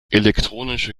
elektronische